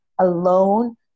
alone